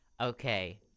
Okay